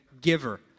giver